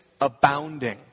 abounding